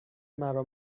مرا